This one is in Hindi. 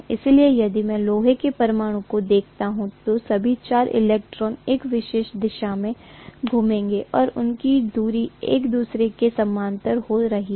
इसलिए यदि मैं लोहे के परमाणु को देखता हूं तो सभी 4 इलेक्ट्रॉन एक विशेष दिशा में घूमेंगे और उनकी धुरी एक दूसरे के समानांतर हो रही है